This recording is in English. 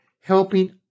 helping